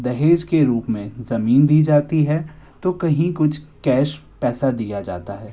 दहेज के रुप में जमीन दी जाती है तो कहीं कुछ कैश पैसा दिया जाता है